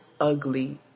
ugly